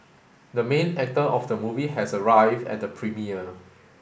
the main actor of the movie has arrived at the premiere